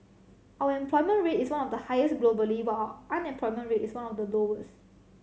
our employment rate is one of the highest globally while unemployment rate is one of the lowest